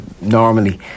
normally